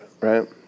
right